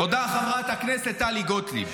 תודה, חברת הכנסת טלי גוטליב.